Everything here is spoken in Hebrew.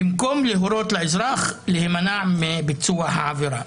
במקום להורות לאזרח להימנע מביצוע העבירה.